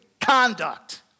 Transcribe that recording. conduct